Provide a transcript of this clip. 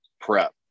prep